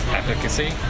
efficacy